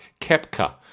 Kepka